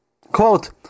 Quote